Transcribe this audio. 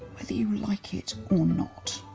whether you like it or not.